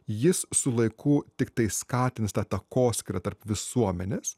jis su laiku tiktai skatins tą takoskyrą tarp visuomenės